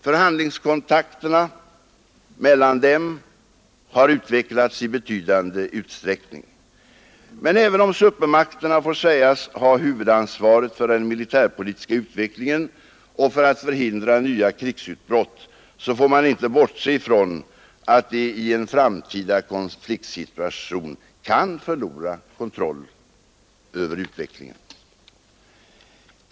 Förhandlingskontakterna mellan dem har utvecklats i betydande utsträckning. Men även om supermakterna får sägas ha huvudansvaret för den militärpolitiska utvecklingen och för att förhindra nya krigsutbrott, får man inte bortse från att de i en framtida konfliktsituation kan förlora kontrollen över utvecklingen.